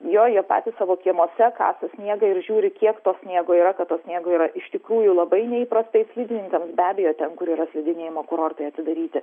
jo jie patys savo kiemuose kasa sniegą ir žiūri kiek to sniego yra kad to sniego yra iš tikrųjų labai neįprastai slidininkams be abejo ten kur yra slidinėjimo kurortai atidaryti